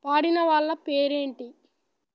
పాడిన వాళ్ళ పేరెంటి